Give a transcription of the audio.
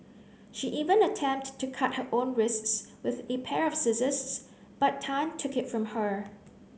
she even attempt to cut her own wrists with a pair of scissors but Tan took it from her